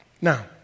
Now